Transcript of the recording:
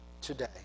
today